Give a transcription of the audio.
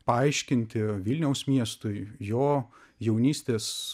paaiškinti vilniaus miestui jo jaunystės